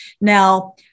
Now